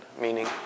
meaning